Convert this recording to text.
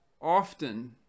often